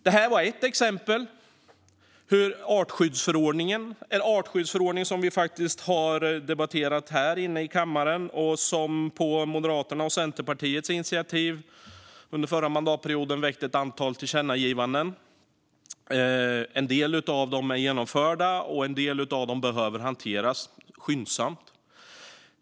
Detta är ett exempel på hur artskyddsförordningen fungerar. Vi har debatterat den i kammaren, och på Moderaternas och Centerpartiets initiativ riktades det under förra mandatperioden ett antal tillkännagivanden om detta. En del av dem är genomförda, och en del av dem behöver hanteras - skyndsamt.